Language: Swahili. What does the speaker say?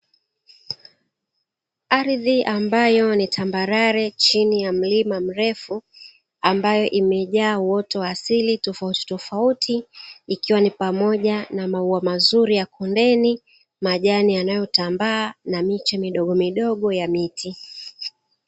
Ardhi ambayo ni tambarare chini ya mlima mrefu, ambayo imejaa uoto wa asili tofauti tofauti ikiwa ni pamoja na maua mazuri, ya kundeni majani yanayotambaa na miche midogo midogo ya miti.